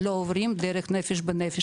לא עוברים דרך נפש בנפש,